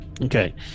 Okay